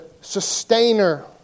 sustainer